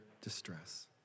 distress